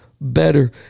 better